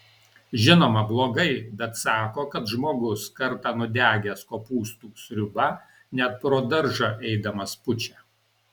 žinoma blogai bet sako kad žmogus kartą nudegęs kopūstų sriuba net pro daržą eidamas pučia